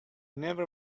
never